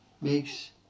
makes